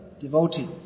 devotee